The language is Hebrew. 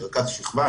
כרכז שכבה,